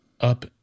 up